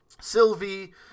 Sylvie